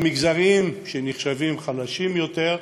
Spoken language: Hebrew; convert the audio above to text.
במגזרים שנחשבים חלשים יותר,